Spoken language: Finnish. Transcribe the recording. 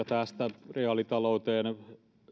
tästä reaalitalouteen